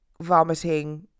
Vomiting